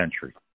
century